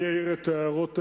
אני אעיר את ההערות האלה,